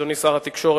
אדוני שר התקשורת,